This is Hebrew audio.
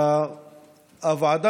הוועדה